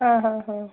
ହଁ ହଁ ହଁ